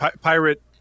pirate